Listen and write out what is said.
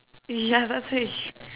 ya that's a